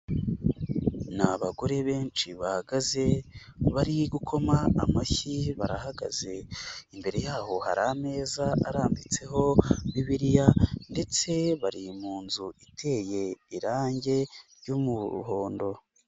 Ni abagore benshi bahagaze bari gukoma amashyi, barahagaze imbere yaho hari ameza arambitseho bibiriya ndetse bari mu nzu iteye irange ry'umuhondo.